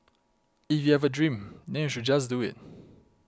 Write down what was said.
if you have a dream then you should just do it